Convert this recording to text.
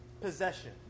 possession